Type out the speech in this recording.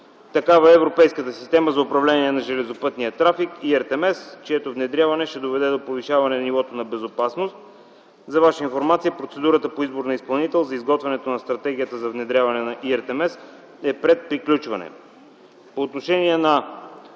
Такава е Европейската система за управление на железопътния трафик ERTMS, чието подобряване ще доведе до повишаване нивото на безопасност. За ваша информация процедурата по избор на изпълнител за изготвянето на стратегията за внедряване на ERTMS е пред приключване.